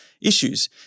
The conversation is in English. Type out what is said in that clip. issues